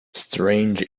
strange